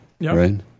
right